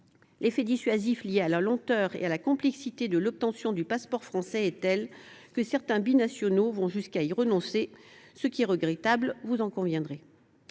L’effet dissuasif lié à la lenteur et à la complexité de l’obtention du passeport français est tel que certains binationaux vont jusqu’à y renoncer. Vous en conviendrez